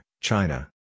China